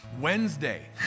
Wednesday